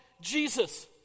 Jesus